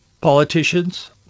Politicians